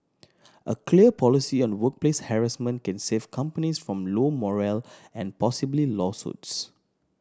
a clear policy on workplace harassment can save companies from low morale and possibly lawsuits